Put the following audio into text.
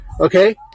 Okay